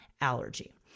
allergy